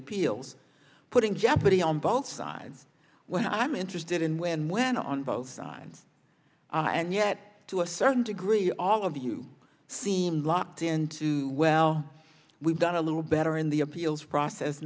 appeals putting jeopardy on both sides when i'm interested in where and when on both sides and yet to a certain degree all of you seem locked into well we've done a little better in the appeals process